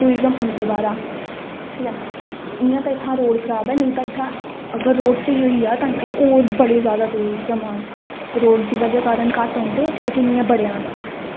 tourism औंदे इंया ते इत्थां रोड़ खराब ऐ नेईं तां इत्थां अगर रोड़ स्होई होई जाह्ग ते इत्थें होर टुरिज्म आन रोड़ दी बजह कन्नै घट्ट औंदे इंया बड़े आंदे